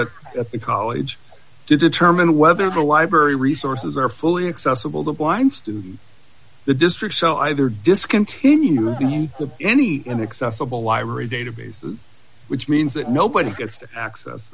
that at the college to determine whether the library resources are fully accessible the blinds to the district so either discontinue the any inaccessible library databases which means that nobody gets to access